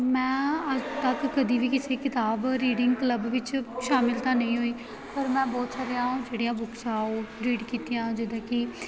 ਮੈਂ ਅੱਜ ਤੱਕ ਕਦੇ ਵੀ ਕਿਸੇ ਕਿਤਾਬ ਰੀਡਿੰਗ ਕਲੱਬ ਵਿੱਚ ਸ਼ਾਮਿਲ ਤਾਂ ਨਹੀਂ ਹੋਈ ਪਰ ਮੈਂ ਬਹੁਤ ਸਾਰੀਆਂ ਜਿਹੜੀਆਂ ਬੁੱਕਸ ਆ ਉਹ ਰੀਡ ਕੀਤੀਆਂ ਜਿੱਦਾਂ ਕਿ